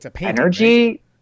energy